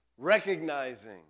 recognizing